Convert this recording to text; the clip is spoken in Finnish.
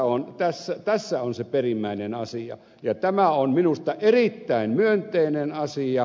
elikkä tässä on se perimmäinen asia ja tämä on minusta erittäin myönteinen asia